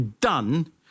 done